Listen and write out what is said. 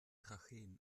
tracheen